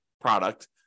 product